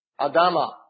Adama